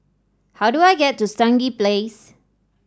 how do I get to Stangee Place